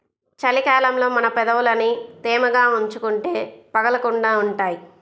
చలి కాలంలో మన పెదవులని తేమగా ఉంచుకుంటే పగలకుండా ఉంటాయ్